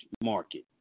market